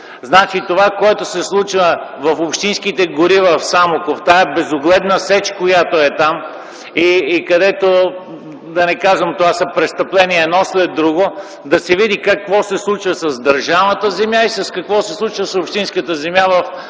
Това, което се случва в общинските гори в Самоков, тази безогледна сеч, която е там, и това са престъпления едно след друго, да се види какво се случва с държавната земя и какво се случва с общинската земя на